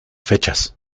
fechas